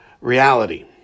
reality